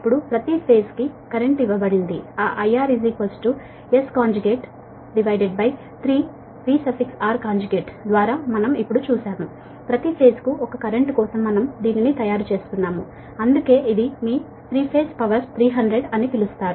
ఇప్పుడు ప్రతి ఫేజ్ కు కరెంట్ ఇవ్వబడింది ఆ IR S3VR ద్వారా మనం ఇప్పుడు చూశాము ప్రతి ఫేజ్ కు ఒక కరెంట్ కోసం మనం దీనిని తయారు చేస్తున్నాము అందుకే ఇది మీ 3 ఫేజ్ పవర్ 300 అని పిలుస్తారు